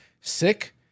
sick